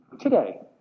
Today